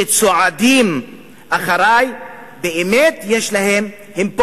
שצועדים אחרי, באמת יש להם, הם פותחים,